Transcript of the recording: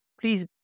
Please